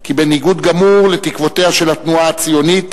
כי בניגוד גמור לתקוותיה של התנועה הציונית,